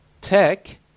tech